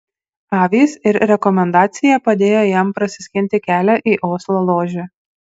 avys ir rekomendacija padėjo jam prasiskinti kelią į oslo ložę